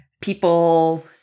People